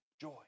joy